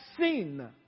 seen